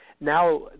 now